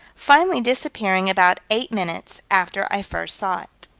finally disappearing about eight minutes after i first saw it.